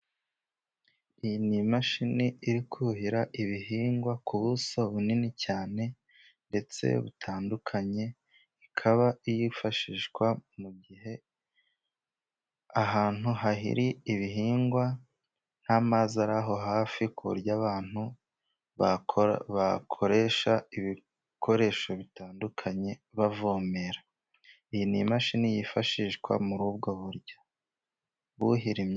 Iyi ni imashini iri kuhira ibihingwa ku buso bunini cyane， ndetse butandukanye，ikaba yifashishwa mu gihe ahantu hari ibihingwa， nta mazi ari aho hafi，ku buryo abantu bakoresha ibikoresho bitandukanye bavomera. Iyi ni imashini yifashishwa muri ubwo buryo，buhira imyaka.